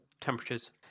temperatures